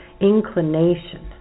inclination